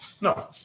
No